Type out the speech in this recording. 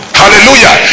hallelujah